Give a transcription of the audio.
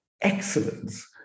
excellence